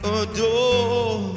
adore